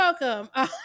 welcome